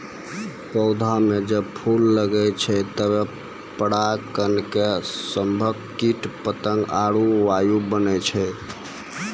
पौधा म जब फूल लगै छै तबे पराग कण के सभक कीट पतंग आरु वायु बनै छै